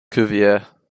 cuvier